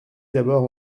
d’abord